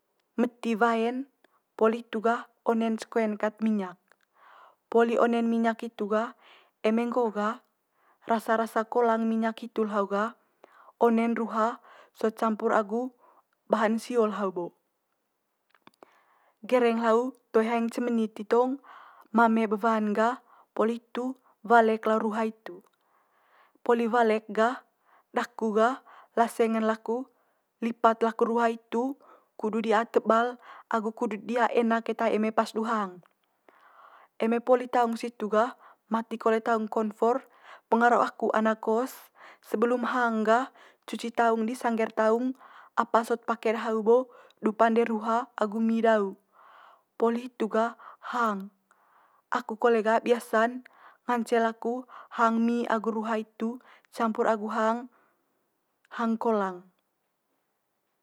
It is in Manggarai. Meti wae'n poli hitu gah one'n ce koen kat minyak. Poli one'n minyak hitu gah eme nggo'o gah rasa rasa kolang minyak hitu le hau gah one'n ruha sot campur agu bahan sio le hau bo. Gereng le hau toe haeng ce menit i tong mame be wan gah poli hitu walek le hau ruha hitu. Poli walek gah daku gah laseng'n laku lipat laku ruha hitu kudut di'a tebal agu kudut di'a enak keta eme pas du hang. Eme poli taung situ gah mati kole taung konfor, pengaru aku anak kos sebelum hang gah cuci taung di sangge'r taung apa sot pake de hau bo du pande ruha agu mi dau poli hitu gah hang. Aku kole gah biasa'n ngance laku hang mi agu ruha hitu campur agu hang hang kolang.